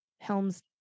helms